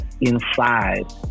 inside